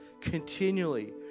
continually